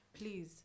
Please